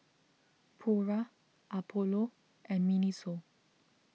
Pura Apollo and Miniso